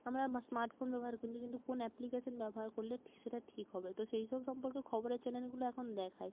আমরা smart phone ব্যবহার করছি কিন্তু কোন অ্যাপ্লিকেশন ব্যবহার করলে ঠি সেটা ঠিক হবে তো সেই সব সম্পর্কে খবরের চ্যানেলগুলো এখন দেখায়